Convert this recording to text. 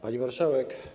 Pani Marszałek!